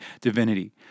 divinity